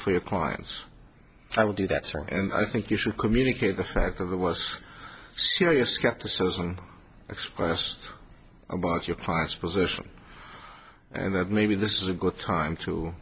for your clients i will do that sir and i think you should communicate the fact of the west serious skepticism expressed about your past position and that maybe this is a good time to